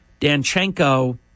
Danchenko